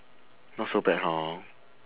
not so bad hor